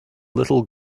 little